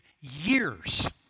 years